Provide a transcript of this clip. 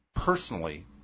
personally